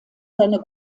seiner